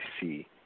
see